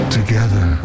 together